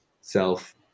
self